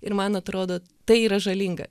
ir man atrodo tai yra žalinga